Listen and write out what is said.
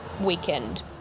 weekend